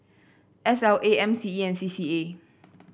S L A M C E and C C A